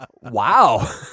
Wow